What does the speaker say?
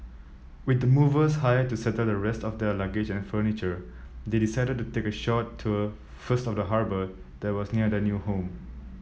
with the movers hired to settle the rest of their luggage and furniture they decided to take a short tour first of the harbour that was near their new home